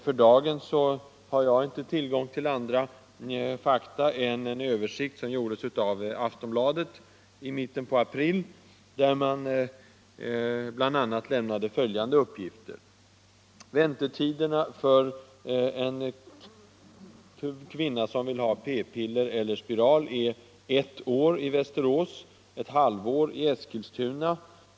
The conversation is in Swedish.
För dagen har jag inte tillgång till andra fakta än en översikt som gjordes av Aftonbladet i mitten av april, där det bl.a. lämnades följande uppgifter: Väntetiden för en kvinna som vill ha p-piller eller spiral är ett år i Västerås och ett halvår i Eskilstuna.